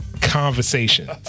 conversations